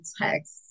text